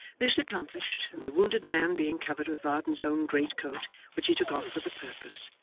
this accomplished, and the wounded man being covered with varden's own greatcoat which he took off for the purpose,